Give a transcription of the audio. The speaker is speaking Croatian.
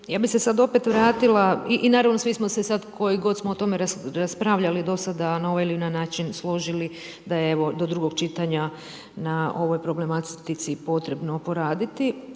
ja bi se sad opet vratila i naravno svi smo se sad, koji god smo o tome raspravljali dosada na ovaj način složili da evo do drugog čitanja na ovoj problematici potrebno poraditi